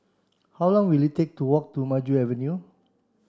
how long will it take to walk to Maju Avenue